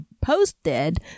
posted